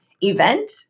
event